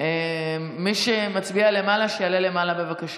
מי שמצביע למעלה, שיעלה למעלה, בבקשה.